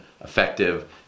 effective